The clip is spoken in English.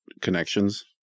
connections